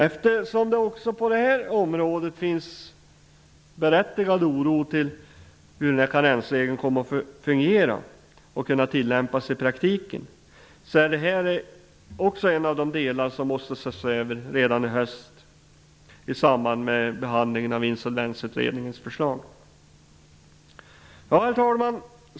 Eftersom det också på det området finns berättigad oro för hur karensregeln kommer att fungera och tillämpas i praktiken, är även detta en av de delar som måste ses över redan i höst i samband med behandlingen av Insolvensutredningens förslag. Herr talman!